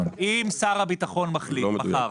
אם שר הביטחון מחליט, מחר,